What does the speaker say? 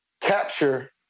capture